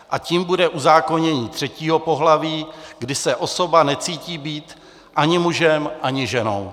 A tím bude uzákonění třetího pohlaví, kdy se osoba necítí být ani mužem, ani ženou.